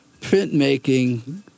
printmaking